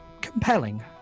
compelling